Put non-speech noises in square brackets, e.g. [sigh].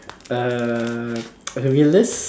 err a realist [laughs]